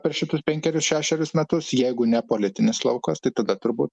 per šitus penkerius šešerius metus jeigu ne politinis laukas tai tada turbūt